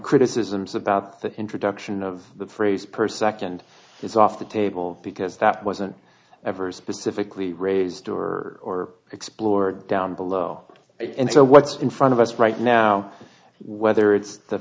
criticisms about the introduction of the phrase per second is off the table because that wasn't ever specifically raised or explored down below and so what's in front of us right now whether it's the